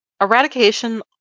eradication